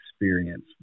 experience